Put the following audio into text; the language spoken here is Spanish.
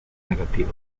negativa